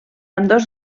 ambdós